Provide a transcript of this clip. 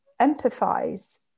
empathize